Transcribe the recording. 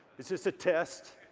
is this a test?